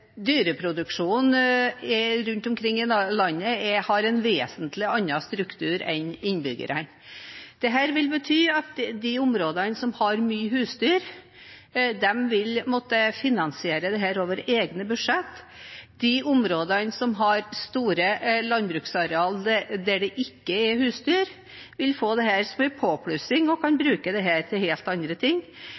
dyreproduksjonen rundt omkring i landet har en vesentlig annen struktur enn innbyggerne. Dette vil bety at de områdene som har mye husdyr, vil måtte finansiere det over egne budsjetter. De områdene som har store landbruksarealer der det ikke er husdyr, vil få dette som en påplussing og kan bruke det til helt andre ting.